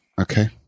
okay